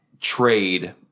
trade